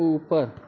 ऊपर